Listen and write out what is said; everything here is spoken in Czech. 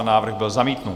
Návrh byl zamítnut.